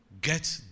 Get